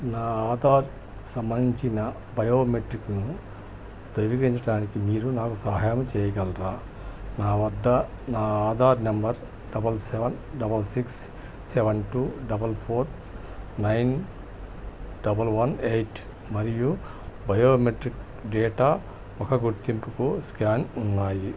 నా ఆధార్ సంబంధించిన బయోమెట్రిక్ను ధృవీకరించటానికి మీరు నాకు సహాయం చేయగలరా నా వద్ద నా Aadhaar number double seven double six seven two double four nine double one eight మరియు బయోమెట్రిక్ డేటా ముఖ గుర్తింపుకు స్కాన్ ఉన్నాయి